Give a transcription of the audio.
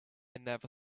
never